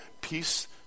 peace